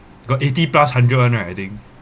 got eighty plus hundred one right I think